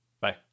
Bye